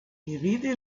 gerede